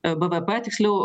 bvp tiksliau